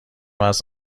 است